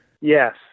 Yes